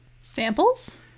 Samples